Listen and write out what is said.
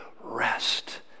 rest